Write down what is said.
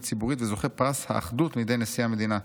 ציבורית וזוכה פרס האחדות מידי נשיא המדינה.